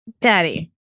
Daddy